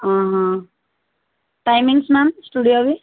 timings ma'am స్టూడియోవి